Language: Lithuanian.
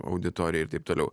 auditorijai ir taip toliau